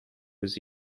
was